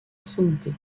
trinité